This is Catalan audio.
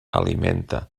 alimenta